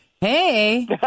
Hey